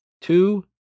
two